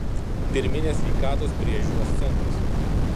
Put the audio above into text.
pirminės sveikatos priežiūros centras